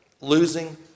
losing